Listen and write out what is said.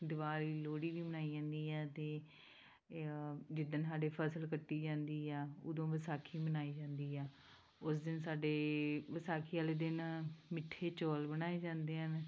ਦੀਵਾਲੀ ਲੋਹੜੀ ਵੀ ਮਣਾਈ ਜਾਂਦੀ ਆ ਅਤੇ ਜਿੱਦਣ ਸਾਡੀ ਫ਼ਸਲ ਕੱਟੀ ਜਾਂਦੀ ਆ ਉਦੋਂ ਵਿਸਾਖੀ ਮਨਾਈ ਜਾਂਦੀ ਆ ਉਸ ਦਿਨ ਸਾਡੇ ਵਿਸਾਖੀ ਵਾਲੇ ਦਿਨ ਮਿੱਠੇ ਚੌਲ ਬਣਾਏ ਜਾਂਦੇ ਹਨ